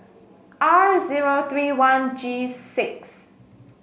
R zero three one G six